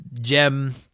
gem